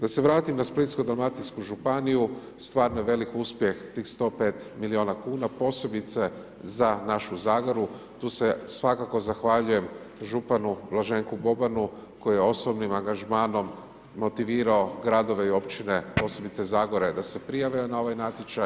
Da se vratim na Splitsko-dalmatinsku županiju stvarno je velik uspjeh tih 105 miliona kuna posebice za našu zagoru, tu se svakako zahvaljujem županu Blaženku Bobanu koji je osobnim angažmanom motivirao gradove i općine, posebice zagore da se prijave na ovaj natječaj.